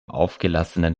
aufgelassenen